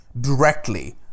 directly